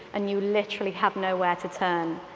and you literally have nowhere to turn.